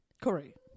Correct